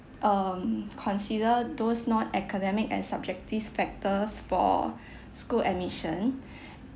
um consider those non academic and subjective factors for school admission